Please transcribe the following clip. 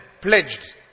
pledged